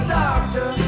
doctor